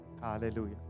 Hallelujah